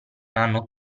hanno